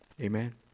Amen